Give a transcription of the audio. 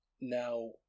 Now